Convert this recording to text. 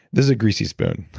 this is a greasy spoon.